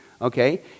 Okay